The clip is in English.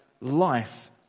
life